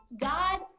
God